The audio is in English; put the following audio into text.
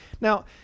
Now